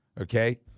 Okay